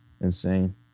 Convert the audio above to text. insane